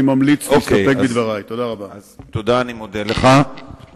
הוא בתהליך טיפול עמוק מאוד של משטרת ישראל,